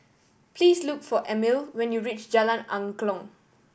please look for Amelie when you reach Jalan Angklong